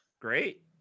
great